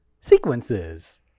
sequences